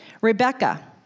Rebecca